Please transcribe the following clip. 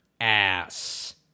ass